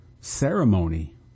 ceremony